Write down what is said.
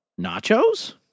Nachos